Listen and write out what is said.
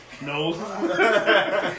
No